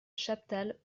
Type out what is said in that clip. chaptal